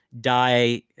die